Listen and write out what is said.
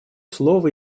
слово